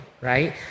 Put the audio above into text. right